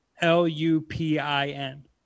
L-U-P-I-N